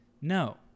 no